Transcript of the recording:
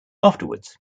afterwards